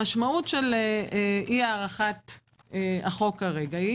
המשמעות של אי-הארכת החוק כרגע היא